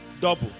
double